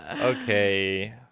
Okay